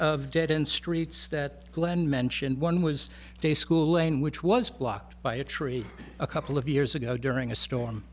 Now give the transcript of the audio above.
of dead end streets that glenn mentioned one was a school in which was blocked by a tree a couple of years ago during a storm